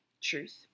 truth